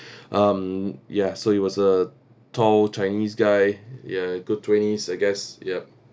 um ya so it was a tall chinese guy ya above twenties I guess yup